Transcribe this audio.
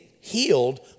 healed